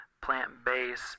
plant-based